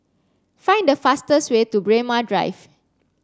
find the fastest way to Braemar Drive